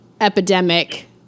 epidemic